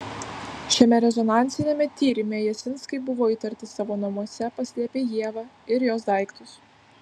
šiame rezonansiniame tyrime jasinskai buvo įtarti savo namuose paslėpę ievą ir jos daiktus